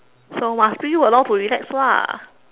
so must bring you along to relax lah